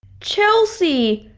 chelsea!